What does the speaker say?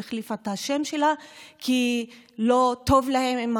והיא החליפה את השם שלה כי לא טוב להם עם